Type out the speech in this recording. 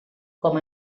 com